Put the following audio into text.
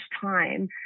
time